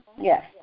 yes